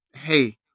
Hey